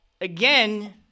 Again